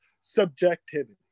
subjectivity